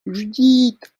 judith